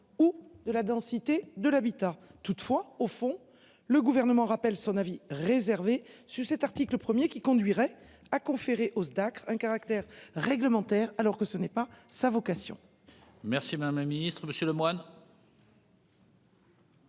ou de la densité de l'habitat. Toutefois, au fond, le gouvernement rappelle son avis réservé sur cet article 1er qui conduirait à conférer hausse un caractère réglementaire alors que ce n'est pas sa vocation. Merci ma ma Ministre Monsieur Lemoine.